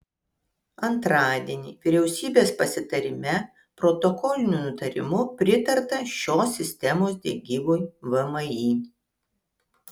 antradienį vyriausybės pasitarime protokoliniu nutarimu pritarta šios sistemos diegimui vmi